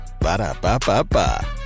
Ba-da-ba-ba-ba